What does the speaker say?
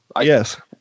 Yes